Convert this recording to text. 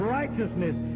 righteousness